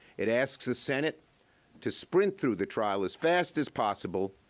it asks the senate to sprint through the trial as fast as possible,